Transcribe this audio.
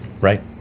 Right